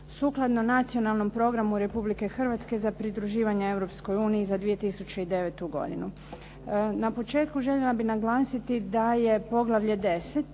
sukladno Nacionalnom programu Republike Hrvatske za pridruživanje Europskoj uniji za 2009. godinu. Na početku željela bih naglasiti da je poglavlje